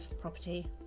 property